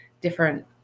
different